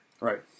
Right